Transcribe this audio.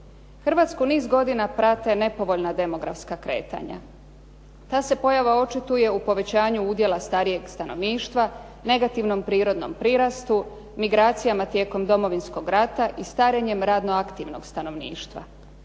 Hrvatsku niz godina prate nepovoljna demografska kretanja. Ta se pojava očituje u povećanju udjela starijeg stanovništva, negativnom prirodnom prirastu, migracijama tijekom Domovinskog rata i starenjem radnoaktivnog stanovništva.